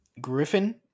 Griffin